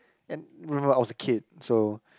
and remember I was a kid so